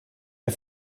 der